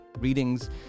readings